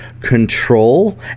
control